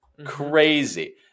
Crazy